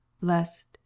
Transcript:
LEST